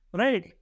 right